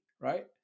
right